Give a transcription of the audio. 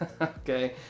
okay